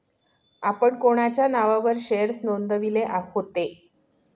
आपण कोणाच्या नावावर शेअर्स नोंदविले होते?